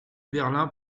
berlin